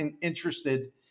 interested